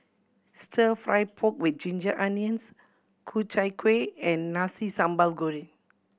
Stir Fry pork with ginger onions Ku Chai Kueh and Nasi Sambal Goreng